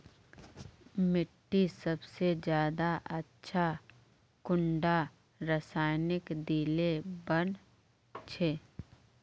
मिट्टी सबसे ज्यादा अच्छा कुंडा रासायनिक दिले बन छै?